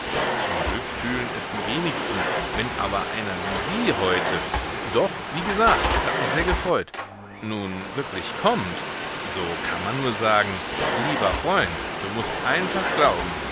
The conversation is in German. zum glück fühlen es die wenigsten wenn aber einer wie sie heute doch wie gesagt es hat mich sehr gefreut nun wirklich kommt so kann man nur sagen lieber freund du mußt einfach glauben